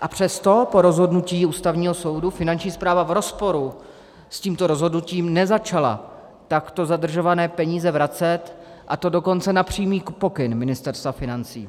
a přesto po rozhodnutí Ústavního soudu Finanční správa v rozporu s tímto rozhodnutím nezačala takto zadržované peníze vracet, a to dokonce na přímý pokyn Ministerstva financí.